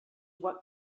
what